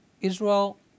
Israel